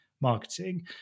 marketing